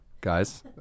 guys